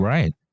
Right